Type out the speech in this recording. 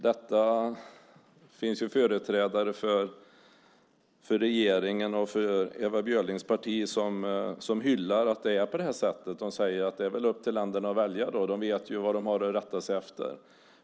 Det finns företrädare för regeringen och för Ewa Björlings parti som hyllar att det är på det här sättet. De säger att det är upp till länderna att välja - de vet ju vad de har att rätta sig efter.